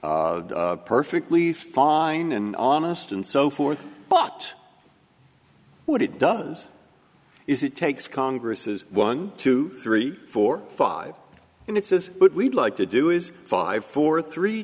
perfectly fine and on honest and so forth but what it does is it takes congress's one two three four five and it says but we'd like to do is five four three